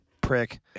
prick